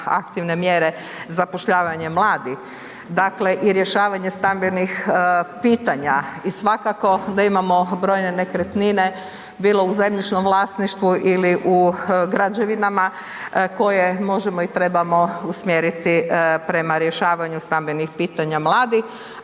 aktivne mjere zapošljavanje mladih, dakle i rješavanje stambenih pitanja i svakako da imamo brojne nekretnine bilo u zemljišnom vlasništvu ili u građevinama koje možemo i trebamo usmjeriti prema rješavanju stambenih pitanja mladih,